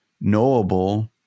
knowable